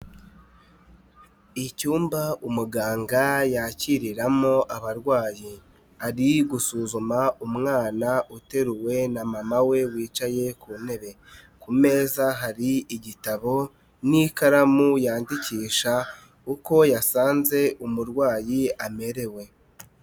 Icyumba umuganga yakiriramo abarwayi. Ari gusuzuma umwana uteruwe na mama we wicaye ku ntebe. Ku meza hari igitabo n'ikaramu yandikisha uko yasanze umurwayi amerewe.